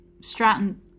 Stratton